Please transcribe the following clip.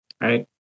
right